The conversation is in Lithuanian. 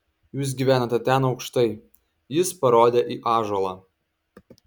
jūs gyvenate ten aukštai jis parodė į ąžuolą